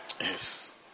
Yes